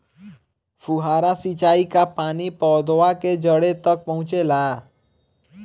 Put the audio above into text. फुहारा सिंचाई का पानी पौधवा के जड़े तक पहुचे ला?